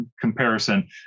comparison